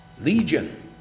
legion